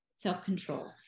self-control